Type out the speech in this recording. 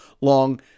long